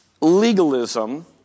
legalism